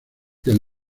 del